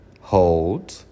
hold